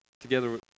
together